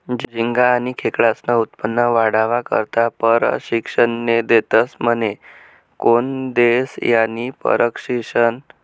झिंगा आनी खेकडास्नं उत्पन्न वाढावा करता परशिक्षने देतस म्हने? कोन देस हायी परशिक्षन?